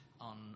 on